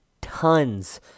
tons